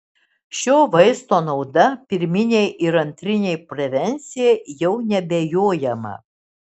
šio vaisto nauda pirminei ir antrinei prevencijai jau neabejojama